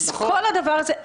עם כל הכבוד,